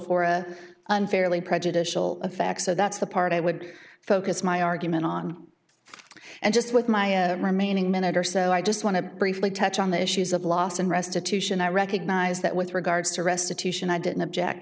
for a unfairly prejudicial effect so that's the part i would focus my argument on and just with my remaining minute or so i just want to briefly touch on the issues of loss and restitution i recognize that with regards to restitution i didn't object